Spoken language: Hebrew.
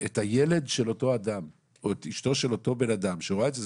את הילד של אותו אדם או את אשתו של אותו בן אדם שרואה את זה.